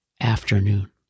afternoon